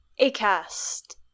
Acast